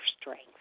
strength